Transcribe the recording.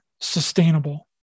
sustainable